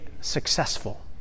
successful